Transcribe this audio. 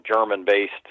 german-based